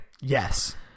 Yes